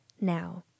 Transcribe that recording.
Now